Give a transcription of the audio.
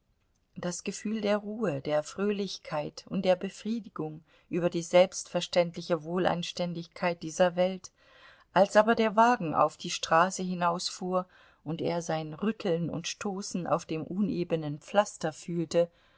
das gefühl der ruhe der fröhlichkeit und der befriedigung über die selbstverständliche wohlanständigkeit dieser welt als aber der wagen auf die straße hinausfuhr und er sein rütteln und stoßen auf dem unebenen pflaster fühlte